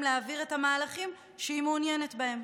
להעביר את המהלכים שהיא מעוניינת בהם.